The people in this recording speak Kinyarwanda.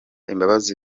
imbabazi